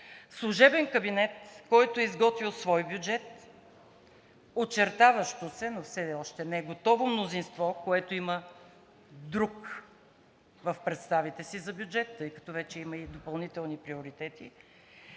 служебен кабинет, който е изготвил свой бюджет, очертаващо се, но все още неготово мнозинство, което има в представите си друг бюджет, тъй като вече има и допълнителни приоритети,